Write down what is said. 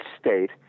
state